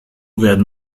werden